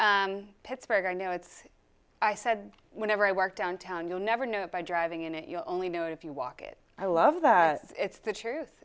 and pittsburgh i know it's i said whenever i work downtown you'll never know it by driving in it you only know if you walk it i love that it's the truth